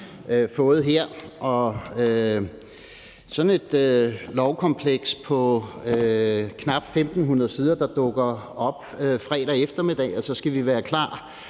fået her. Og sådan et lovkompleks på knap 1500 sider, der dukker op fredag eftermiddag, og som vi så skal være klar